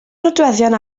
nodweddion